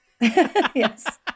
Yes